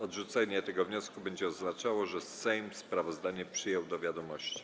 Odrzucenie tego wniosku będzie oznaczało, że Sejm sprawozdanie przyjął do wiadomości.